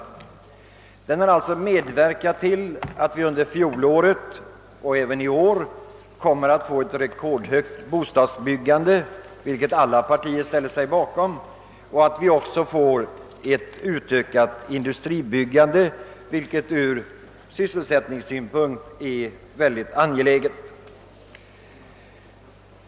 Investeringsavgiften har alltså medverkat till att vi under fjolåret kunde och även i år kommer att kunna få ett rekordhögt bostadsbyggande, något som alla partier önskar, och att vi också får ett ökat industribyggande, vilket ur sysselsättningssynpunkt är mycket angeläget.